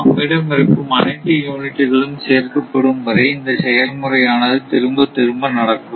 நம்மிடம் இருக்கும் அனைத்து யுனிட்டுகளும் சேர்க்கப்படும் வரை இந்த செயல்முறையானது திரும்பத் திரும்ப நடக்கும்